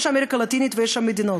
יש אמריקה הלטינית ויש המדינות,